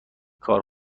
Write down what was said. کار